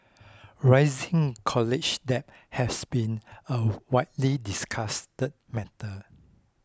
rising college debt has been a widely discussed matter